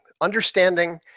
Understanding